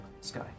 Sky